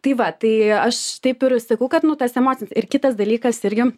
tai va tai aš taip ir sakau kad nu tas emocinis ir kitas dalykas irgi